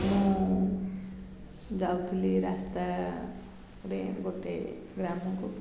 ମୁଁ ଯାଉଥିଲି ରାସ୍ତାରେ ଗୋଟେ ଗ୍ରାମକୁ